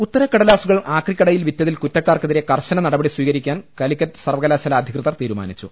ഉത്തരക്കടലാസുകൾ ആക്രിക്കടയിൽ വിറ്റതിൽ കുറ്റക്കാർക്കെതിരെ കർശന നടപടി സ്വീകരിക്കാൻ കലിക്കറ്റ് സർവകലാശാല അധികൃതർ തീരുമാനിച്ചു